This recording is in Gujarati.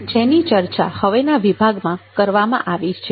જેની ચર્ચા હવેના વિભાગમાં કરવામાં આવી છે